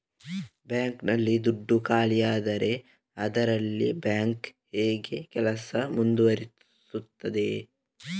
Bank ನಲ್ಲಿ ದುಡ್ಡು ಖಾಲಿಯಾದರೆ ಅದರಲ್ಲಿ ಬ್ಯಾಂಕ್ ಹೇಗೆ ಕೆಲಸ ಮುಂದುವರಿಸುತ್ತದೆ?